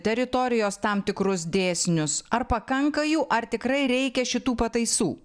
teritorijos tam tikrus dėsnius ar pakanka jų ar tikrai reikia šitų pataisų